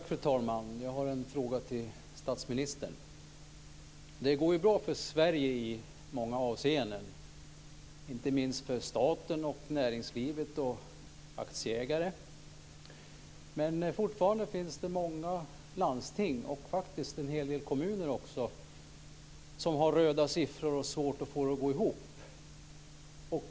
Fru talman! Jag har en fråga till statsministern. Det går ju bra för Sverige i många avseenden, inte minst för staten, näringslivet och aktieägarna. Men fortfarande finns det många landsting, och faktiskt en hel del kommuner, som har röda siffror och svårt att få det att gå ihop.